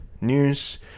news